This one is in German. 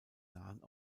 nahen